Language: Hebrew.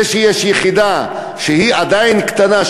זה שיש יחידה שהיא עדיין קטנה,